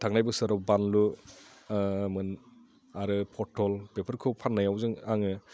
थांनाय बोसोराव बानलुमोन आरो पथल बेफोरखौ फाननायाव आङो